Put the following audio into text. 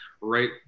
right